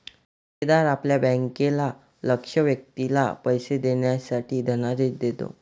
खातेदार आपल्या बँकेला लक्ष्य व्यक्तीला पैसे देण्यासाठी धनादेश देतो